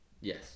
Yes